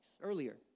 earlier